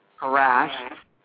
harassed